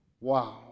Wow